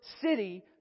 city